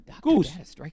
Goose